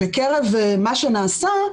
בקרב מה שנעשה,